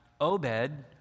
Obed